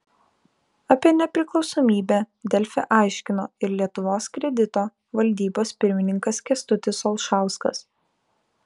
apie nepriklausomybę delfi aiškino ir lietuvos kredito valdybos pirmininkas kęstutis olšauskas